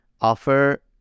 offer